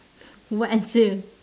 what answer